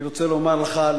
אני רוצה לומר לך,